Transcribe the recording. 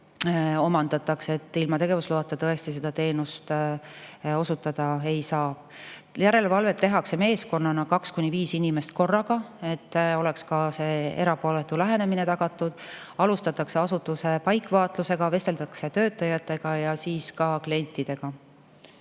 omandataks. Ilma tegevusloata tõesti seda teenust osutada ei saa. Järelevalvet tehakse meeskonnana, kaks kuni viis inimest korraga, et oleks erapooletu lähenemine tagatud. Alustatakse asutuse paikvaatlusega, vesteldakse töötajatega ja siis ka klientidega.